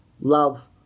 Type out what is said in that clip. love